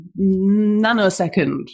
nanosecond